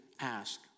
ask